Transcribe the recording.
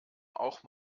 auch